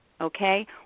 okay